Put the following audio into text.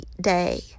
day